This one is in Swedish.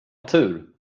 tur